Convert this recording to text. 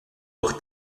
durch